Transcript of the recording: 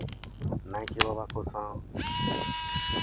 ᱱᱟᱭᱠᱮ ᱵᱟᱵᱟ ᱠᱚ ᱥᱟᱶ